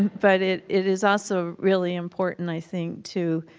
but it, it is also really important i think to,